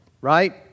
right